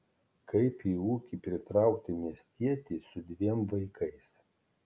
kaip į ūkį pritraukti miestietį su dviem vaikais